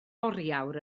oriawr